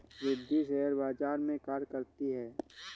Riddhi share बाजार में कार्य करती है